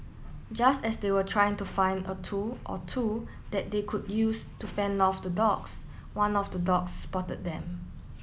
just as they were trying to find a tool or two that they could use to fend off the dogs one of the dogs spotted them